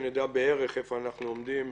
שנדע איפה אנחנו עומדים.